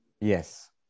Yes